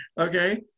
Okay